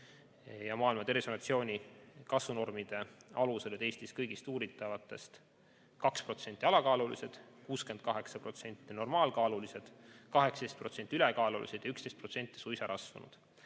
Maailma Terviseorganisatsiooni kasvunormide alusel olid Eestis kõigist uuritavatest 2% alakaalulised, 68% normaalkaalulised, 18% ülekaalulised ja 11% suisa rasvunud.